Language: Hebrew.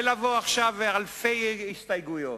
ולבוא עכשיו עם אלפי הסתייגויות,